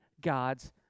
god's